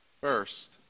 First